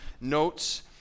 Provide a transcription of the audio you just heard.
notes